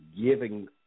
giving